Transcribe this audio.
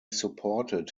supported